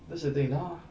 that's the thing 她